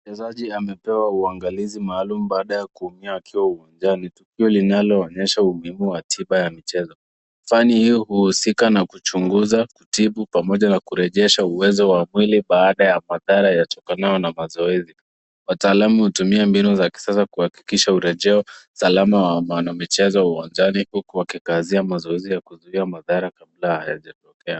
Mchezaji amepewa uangalizi maalum baada ya kuumia akiwa uwanjani tukio linaloonyesha umuhimu wa tiba ya mchezo. Fani iyo huhusika na kuchunguza, kutibu pamoja na kurejesha uwezo wa mwili baada ya madhara yatokanayo na mazoezi. Wataalamu hutumia mbinu za kisasa kuhakikisha urejeo salama wa wanamichezo uwanjani huku wakikazia mazoezi ya kuzuia madhara kabla hayajatokea.